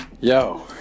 yo